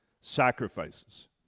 sacrifices